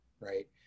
right